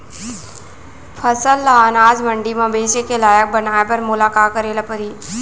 फसल ल अनाज मंडी म बेचे के लायक बनाय बर मोला का करे ल परही?